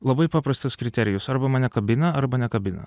labai paprastas kriterijus arba mane kabina arba nekabina